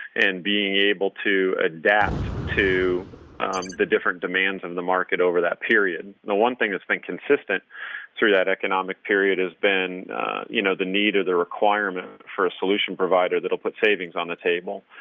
and being able to adapt to the different demands in the market over that period. and the one thing that's been consistent through that economic period has been you know the need of the requirement for a solution provider that'll put savings on the table.